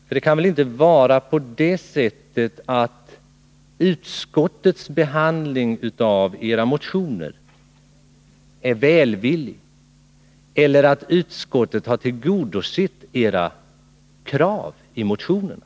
För det kan väl inte vara på det sättet att utskottets behandling av era motioner är välvillig eller att utskottet har tillgodosett era krav i motionerna?